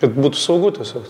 kad būtų saugu tiesiog